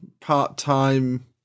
part-time